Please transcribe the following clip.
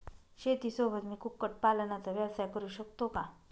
शेतीसोबत मी कुक्कुटपालनाचा व्यवसाय करु शकतो का?